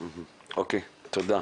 תודה.